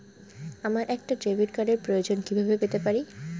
আমার একটা ডেবিট কার্ডের প্রয়োজন কিভাবে পেতে পারি?